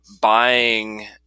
buying